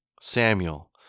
Samuel